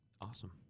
Awesome